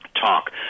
talk